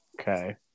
Okay